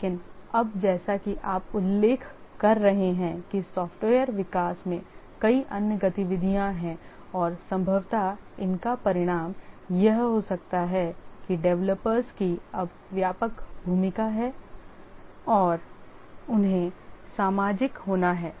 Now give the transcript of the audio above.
लेकिन अब जैसा कि आप उल्लेख कर रहे हैं कि सॉफ्टवेयर विकास में कई अन्य गतिविधियाँ हैं और संभवतः इसका परिणाम यह हो सकता है कि डेवलपर्स की अब व्यापक भूमिका है और उन्हें सामाजिक होना है